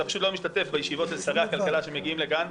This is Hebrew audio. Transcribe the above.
אתה פשוט לא משתתף בישיבות של שרי הכלכלה שמגיעים לכאן,